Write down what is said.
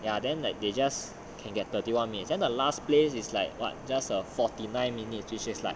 ya then like they just can get thirty one minutes then the last place is like what just a forty nine minutes which is like